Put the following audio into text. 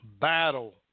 battle